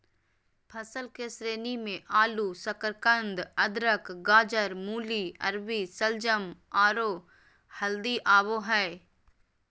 फसल के श्रेणी मे आलू, शकरकंद, अदरक, गाजर, मूली, अरबी, शलजम, आरो हल्दी आबो हय